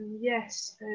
Yes